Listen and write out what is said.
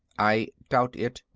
i doubt it.